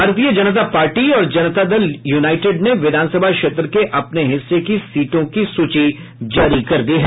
भारतीय जनता पार्टी और जनता दल यू ने विधानसभा क्षेत्र के अपने हिस्से की सीटों की सूची जारी कर दी है